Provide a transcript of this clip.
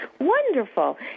wonderful